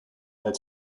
had